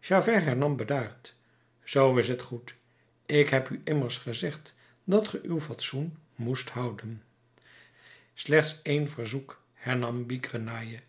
hernam bedaard zoo is t goed ik heb u immers gezegd dat ge uw fatsoen moest houden slechts één verzoek hernam bigrenaille